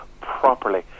properly